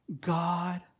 God